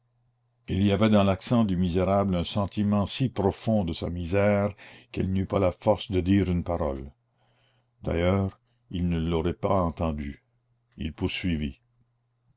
il y avait dans l'accent du misérable un sentiment si profond de sa misère qu'elle n'eut pas la force de dire une parole d'ailleurs il ne l'aurait pas entendue il poursuivit